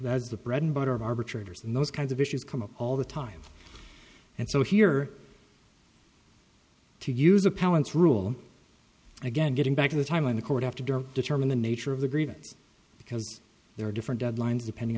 that's the bread and butter of arbitrators and those kinds of issues come up all the time and so here to use appellants rule again getting back to the time when the court have to determine the nature of the grievance because there are different deadlines depending